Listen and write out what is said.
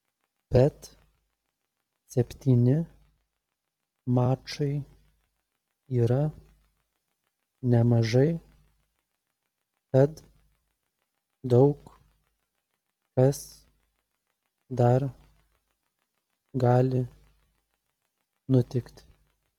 bet septyni mačai yra nemažai tad daug kas dar gali nutikti